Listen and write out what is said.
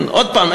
עוד פעם,